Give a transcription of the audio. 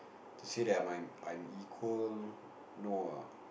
to say that I'm mine I'm equal no ah